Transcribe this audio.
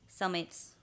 Cellmates